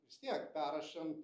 vis tiek perrašant